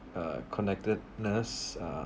uh contactedness uh